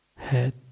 head